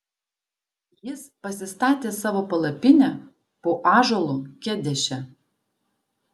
jis pasistatė savo palapinę po ąžuolu kedeše